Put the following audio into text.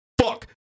fuck